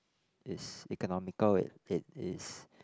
is economical it is